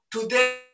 today